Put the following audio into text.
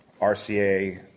RCA